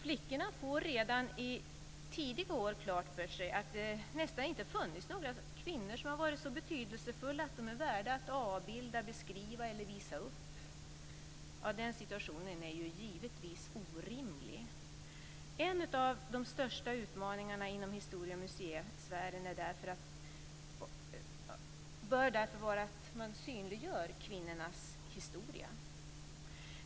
Flickorna får redan i tidiga år klart för sig att det nästan inte har funnits några kvinnor som har varit så betydelsefulla att de är värda att avbilda, beskriva eller visa upp. Den situationen är givetvis orimlig. En av de största utmaningarna inom historie och museisfären bör därför vara att man synliggör kvinnornas historia.